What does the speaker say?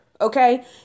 Okay